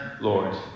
Lord